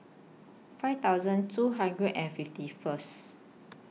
five thousand two hundred and fifty First